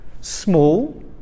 Small